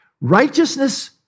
Righteousness